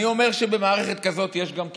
אני אומר שבמערכת כזאת יש גם כישלונות.